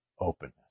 Openness